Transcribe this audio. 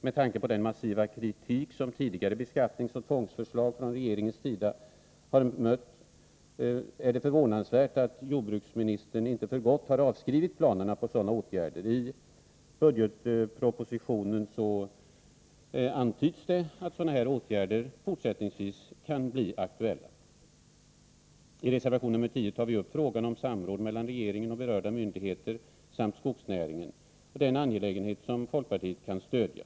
Med tanke på den massiva kritik som tidigare beskattningsoch tvångsförslag från regeringens sida har mött är det förvånansvärt att jordbruksministern inte för gott har avskrivit planerna på sådana åtgärder. I budgetpropositionen antyds det att sådana fortsättningsvis kan bli aktuella. I reservation 10 tar vi upp frågan om samråd mellan regeringen och berörda myndigheter samt skogsnäringen. Det är en angelägenhet som folkpartiet kan stödja.